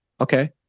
Okay